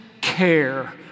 care